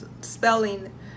spelling